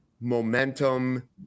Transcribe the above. momentum